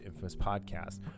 infamouspodcast